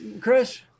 Chris